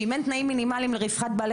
שאם אין תנאים מינימליים לרווחת בעלי